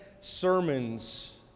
sermons